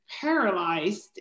paralyzed